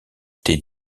thé